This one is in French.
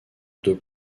deux